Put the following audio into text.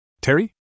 Terry